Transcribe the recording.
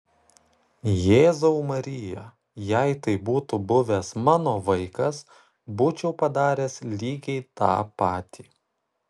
jėzau marija jei tai būtų buvęs mano vaikas būčiau padaręs lygiai tą patį